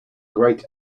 great